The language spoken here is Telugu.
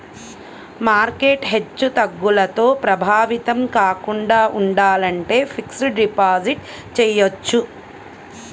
మార్కెట్ హెచ్చుతగ్గులతో ప్రభావితం కాకుండా ఉండాలంటే ఫిక్స్డ్ డిపాజిట్ చెయ్యొచ్చు